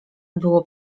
było